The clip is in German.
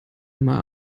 immer